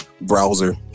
browser